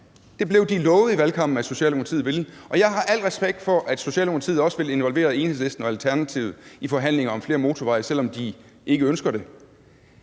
Det blev de lovet i valgkampen at Socialdemokratiet ville. Og jeg har al respekt for, at Socialdemokratiet også vil involvere Enhedslisten og Alternativet i forhandlinger om flere motorveje, selv om de ikke ønsker det